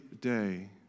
day